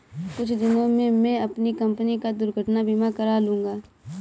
कुछ दिनों में मैं अपनी कंपनी का दुर्घटना बीमा करा लूंगा